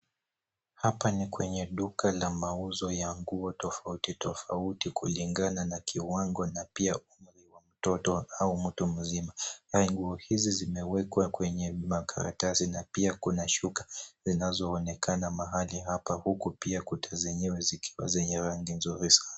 Hapa ni kwenye duka ya mauzo ya nguo tofauti tofauti kulingana na kiwango na pia ukubwa wa mtoto au mtu mzima. Nguo hizi zimewekwa kwenye makaratasi na pia kuna shuka zinazoonekana mahali hapa huku pia kuta zenyewe zikiwa zenye rangi nzuri sana.